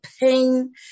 pain